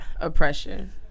oppression